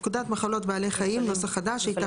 תיקון פקודת מחלות בעלי חיים [נוסח חדש] 4. בפקודת מחלות בעלי חיים ,